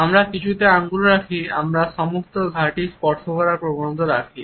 আমরা কিছুতে আঙুল রাখি আমরা সমস্ত ঘাঁটি স্পর্শ করার প্রবণতা রাখি